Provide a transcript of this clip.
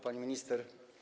Pani Minister!